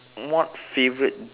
what favourite